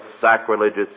sacrilegious